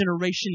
generation